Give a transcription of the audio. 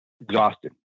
exhausted